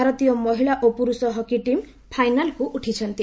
ଭାରତୀୟ ମହିଳା ଓ ପୁରୁଷ ହକି ଟିମ୍ ଫାଇନାଲ୍କୁ ଉଠିଛନ୍ତି